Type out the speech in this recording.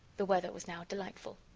the weather was now delightful.